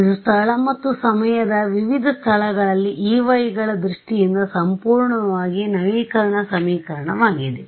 ಇದು ಸ್ಥಳ ಮತ್ತು ಸಮಯದ ವಿವಿಧ ಸ್ಥಳಗಳಲ್ಲಿ Ey ಳ ದೃಷ್ಟಿಯಿಂದ ಸಂಪೂರ್ಣವಾಗಿ ನವೀಕರಣ ಸಮೀಕರಣವಾಗಿದೆ